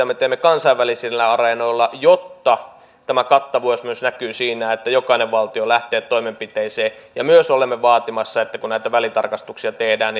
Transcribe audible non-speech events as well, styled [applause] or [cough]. [unintelligible] me teemme kansainvälisillä areenoilla jotta tämä kattavuus myös näkyy siinä että jokainen valtio lähtee toimenpiteisiin ja myös olemme vaatimassa että kun näitä välitarkastuksia tehdään [unintelligible]